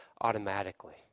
automatically